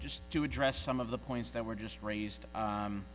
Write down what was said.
just to address some of the points that were just raised